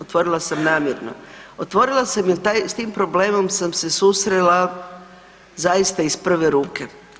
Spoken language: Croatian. Otvorila sam namjerno, otvorila sam s tim problemom sam se susrela zaista iz prve ruke.